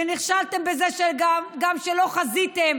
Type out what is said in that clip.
ונכשלתם גם בזה שלא חזיתם